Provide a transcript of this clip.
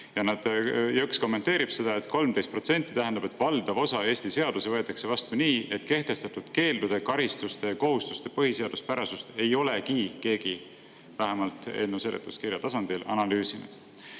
Jõks kommenteerib, et 13% tähendab seda, et valdav osa Eesti seadusi võetakse vastu nii, et kehtestatud keeldude, karistuste ja kohustuste põhiseaduspärasust ei olegi keegi vähemalt eelnõu seletuskirja tasandil analüüsinud. Nüüd,